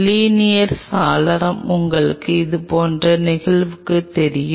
linear சாளரம் உங்களுக்கு இது போன்ற நெகிழ்வு தெரியும்